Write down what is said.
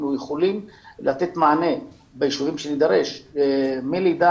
אנחנו יכולים לתת מענה בישובים שנידרש מגיל לידה